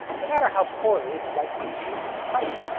no matter how poorly the light behaves in the pipe,